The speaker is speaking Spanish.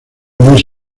louis